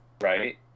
Right